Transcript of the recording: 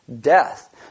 death